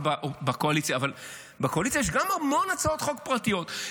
אבל בקואליציה יש גם המון הצעות חוק פרטיות,